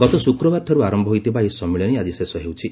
ଗତ ଶୁକ୍ରବାରଠାରୁ ଆରମ୍ଭ ହୋଇଥିବା ଏହି ସମ୍ମିଳନୀ ଆଜି ଶେଷ ହେଉଛି